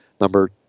Number